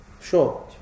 Sure